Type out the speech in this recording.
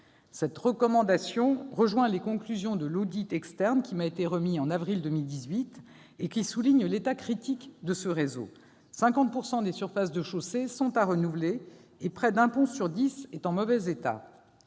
Cette recommandation rejoint les conclusions de l'audit externe qui m'a été remis en avril 2018, lequel souligne l'état critique de ce réseau : 50 % des surfaces des chaussées sont à renouveler et près d'un pont sur dix est en mauvais état.